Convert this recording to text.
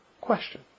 question